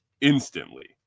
instantly